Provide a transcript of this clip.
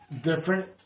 different